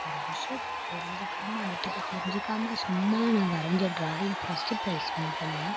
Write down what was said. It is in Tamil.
ஒரு விஷயத்த தெரிஞ்சிக்காமல் அதை பற்றி தெரிஞ்சிக்காமல் சும்மா நான் வரைஞ்ச டிராயிங் ஃபஸ்ட்டு பிரைஸ் வின் பண்ணி